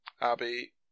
Abby